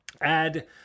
Add